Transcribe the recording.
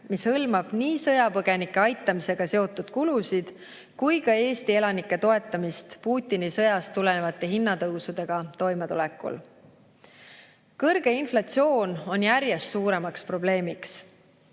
mis hõlmab nii sõjapõgenike aitamisega seotud kulusid kui ka Eesti elanike toetamist Putini sõjast tuleneva hinnatõusuga toimetulekul. Kõrge inflatsioon on järjest suurem probleem.